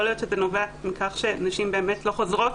יכול להיות שזה נובע מכך שנשים לא חוזרות